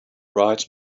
bright